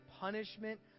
punishment